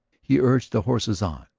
he urged the horses on.